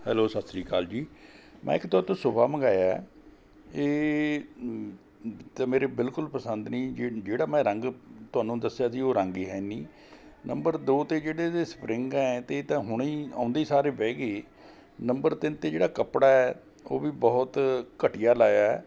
hello Sat Sri Akal ji ਮੈਂ ਇੱਕ ਤੁਹਾਤੋਂ ਸੋਫਾ ਮੰਗਵਾਇਆ ਹੈ ਇਹ ਤਾਂ ਮੇਰੇ ਬਿਲਕੁਲ ਪਸੰਦ ਨਹੀਂ ਜਿਹ ਜਿਹੜਾ ਮੈਂ ਰੰਗ ਤੁਹਾਨੂੰ ਦੱਸਿਆ ਜੀ ਉਹ ਰੰਗ ਹੀ ਹੈ ਨਹੀਂ ਨੰਬਰ ਦੋ 'ਤੇ ਜਿਹੜੇ ਇਹਦੇ ਸਪਰਿੰਗ ਹੈ ਅਤੇ ਇਹ ਤਾਂ ਹੁਣੇ ਹੀ ਆਉਂਦੇ ਸਾਰ ਹੀ ਬਹਿ ਗਏ ਨੰਬਰ ਤਿੰਨ 'ਤੇ ਜਿਹੜਾ ਕੱਪੜਾ ਹੈ ਉਹ ਵੀ ਬਹੁਤ ਘਟੀਆ ਲਾਇਆ